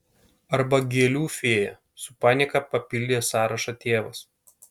arba gėlių fėja su panieka papildė sąrašą tėvas